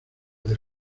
del